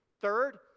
Third